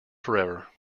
forever